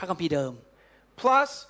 plus